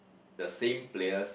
the same players